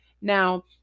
Now